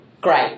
Great